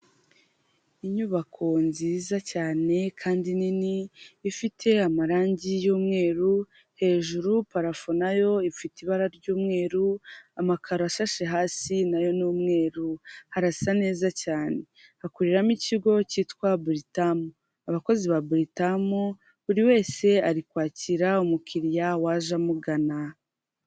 Inyubako nziza cyane kandi nini, ifite amarangi y'umweru, hejuru parafu n'ayo ifite ibara ry'umweru, amakaro ashashe hasi n'ayo ni umweru, harasa neza cyane, hakoreramo ikigo cyitwa buritamu, abakozi ba buritamu, buri wese ari kwakira umukiriya waje amugana.